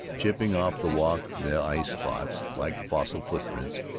chipping off the walk the ice-clots, like fossil footprints,